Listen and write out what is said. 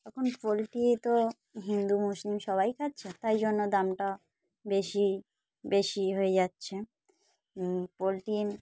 এখন পোলট্রি তো হিন্দু মুসলিম সবাই খাচ্ছে তাই জন্য দামটা বেশি বেশি হয়ে যাচ্ছে পোলট্রি